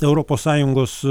europos sąjungos